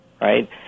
right